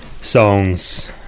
songs